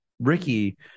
Ricky